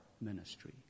ministry